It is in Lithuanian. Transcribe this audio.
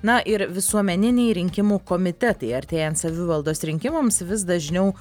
na ir visuomeniniai rinkimų komitetai artėjant savivaldos rinkimams vis dažniau